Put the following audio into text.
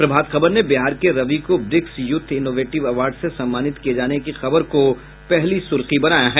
प्रभात खबर ने बिहार के रवि को ब्रिक्स यूथ इनोवेटिव अवॉर्ड से सम्मानित किये जाने की खबर को अपनी पहली सुर्खी बनाया है